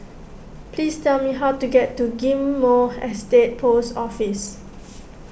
please tell me how to get to Ghim Moh Estate Post Office